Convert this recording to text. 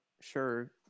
sure